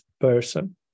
person